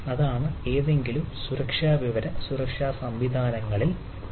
അതാണ് ഏതെങ്കിലും സുരക്ഷാ വിവര സുരക്ഷാ സംവിധാനങ്ങളിൽ ഉള്ളത്